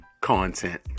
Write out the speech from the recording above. content